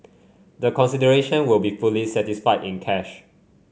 the consideration will be fully satisfied in cash